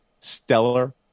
stellar